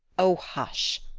oh, hush!